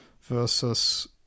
versus